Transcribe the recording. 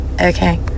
okay